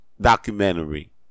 documentary